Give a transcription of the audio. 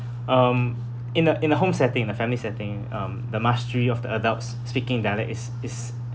um in a in a home setting the family setting um the mastery of the adults speaking dialect is is